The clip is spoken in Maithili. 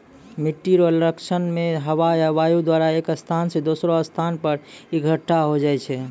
मिट्टी रो क्षरण मे हवा या वायु द्वारा एक स्थान से दोसरो स्थान पर इकट्ठा होय जाय छै